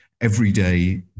everyday